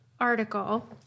article